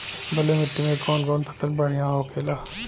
बलुई मिट्टी में कौन कौन फसल बढ़ियां होखेला?